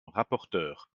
rapporteure